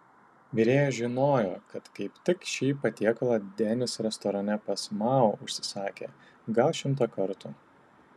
virėjas žinojo kad kaip tik šį patiekalą denis restorane pas mao užsisakė gal šimtą kartų